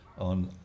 on